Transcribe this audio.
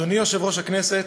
אדוני יושב-ראש הכנסת,